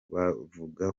bavuga